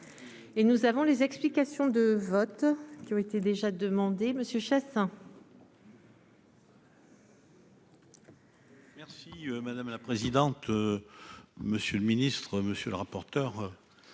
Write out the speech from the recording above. et nous avons les explications de vote qui ont été déjà demandé Monsieur Chassaing. Merci madame la présidente, monsieur le ministre, monsieur le rapporteur,